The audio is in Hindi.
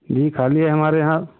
जी खाली है हमारे यहाँ